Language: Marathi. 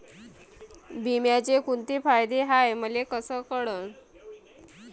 बिम्याचे कुंते फायदे हाय मले कस कळन?